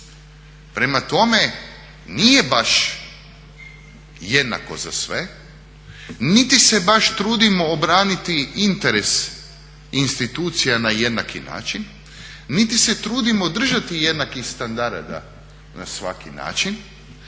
Prema tome, nije baš jednako za sve, niti se baš trudimo obraniti interes institucija na jednaki način, niti se trudimo držati jednakih standarada na svaki način,